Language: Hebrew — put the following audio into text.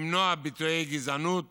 למנוע ביטויי גזענות